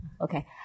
okay